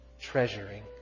treasuring